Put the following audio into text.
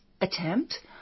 attempt